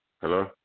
Hello